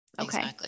okay